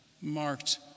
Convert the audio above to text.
marked